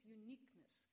uniqueness